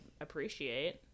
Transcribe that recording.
appreciate